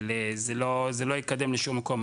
אבל זה לא יקדם לשום מקום.